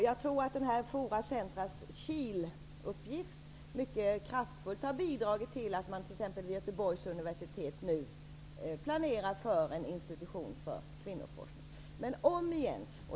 Jag tror att dessa forums/centrums kilfunktion mycket kraftfullt har bidragit till att man t.ex. vid Göteborgs universitet nu planerar för en institution för kvinnoforskning.